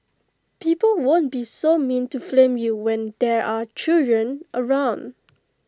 people won't be so mean to flame you when there are children around